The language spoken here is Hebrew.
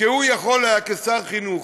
כי הוא יכול היה, כשר חינוך,